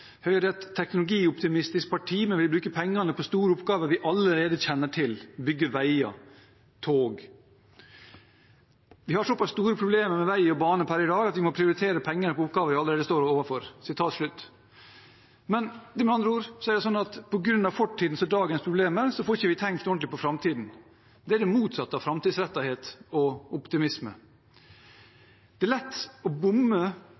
Høyre er et teknologioptimistisk parti, men vi vil bruke pengene på de store oppgavene vi allerede kjenner til» – bygge veier, tog. Han sier videre: «Vi har såpass store problemer med å vei og bane per i dag, at vi må prioritere pengene på oppgavene vi allerede står overfor.» Med andre ord er det sånn at på grunn av fortidens og dagens problemer får vi ikke tenkt ordentlig på framtiden. Det er det motsatte av framtidsrettethet og optimisme. Dette er faktisk å legge opp til å bomme